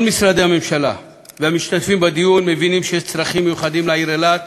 כל משרדי הממשלה והמשתתפים בדיון מבינים שיש צרכים מיוחדים לעיר אילת,